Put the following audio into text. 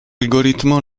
algoritmo